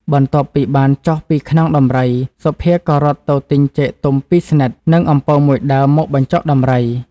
បន្ទាប់ពីបានចុះពីខ្នងដំរី សុភាក៏រត់ទៅទិញចេកទុំពីរស្និត និងអំពៅមួយ ដើមមកបញ្ចុកដំរី ។